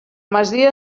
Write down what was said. masia